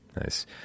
Nice